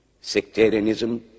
Sectarianism